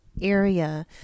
area